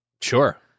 Sure